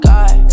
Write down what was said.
God